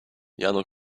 jano